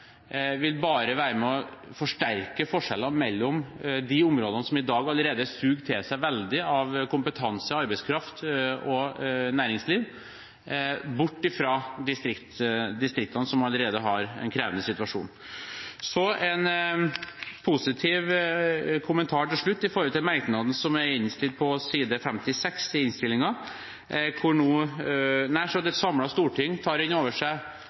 vil bare være med på å forsterke forskjellene mellom de områdene som allerede i dag suger til seg kompetanse, arbeidskraft og næringsliv bort fra distriktene som allerede har en krevende situasjon. Så en positiv kommentar til slutt, og det gjelder merknaden på side 56 i innstillingen. Der beskriver nær sagt et samlet storting den krevende situasjonen svært mange kommuner opplever knyttet til barnevernstiltak i barnerike enkeltfamilier, hvor